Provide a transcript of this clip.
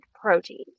proteins